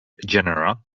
genera